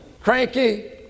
Cranky